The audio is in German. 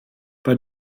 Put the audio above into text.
bei